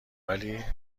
ولی